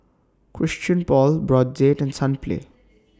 Christian Paul Brotzeit and Sunplay